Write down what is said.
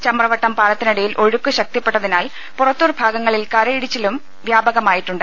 ചമ്രവട്ടം പാലത്തിനടിയിൽ ഒഴുക്ക് ശക്തിപ്പെട്ടതിനാൽ പുറത്തൂർ ഭാഗങ്ങളിൽ കരയിടിച്ചിലും വ്യാപകമായിട്ടുണ്ട്